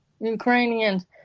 Ukrainians